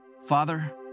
Father